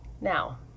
Now